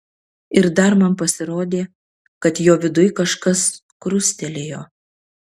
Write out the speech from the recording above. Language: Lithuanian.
ir dar man pasirodė kad jo viduj kažkas krustelėjo